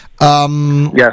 Yes